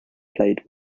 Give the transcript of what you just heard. played